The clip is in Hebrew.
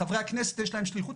חברי הכנסת יש להם שליחות.